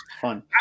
fun